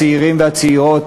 הצעירים והצעירות,